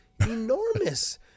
enormous